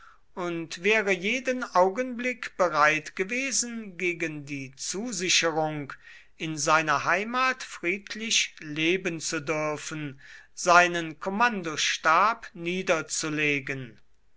und wäre jeden augenblick bereit gewesen gegen die zusicherung in seiner heimat friedlich leben zu dürfen seinen kommandostab niederzulegen